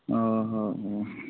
ହଁ ହଁ ହଁ